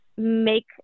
Make